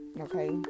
Okay